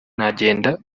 nagenda